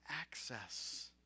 access